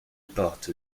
porte